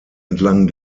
entlang